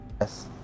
Yes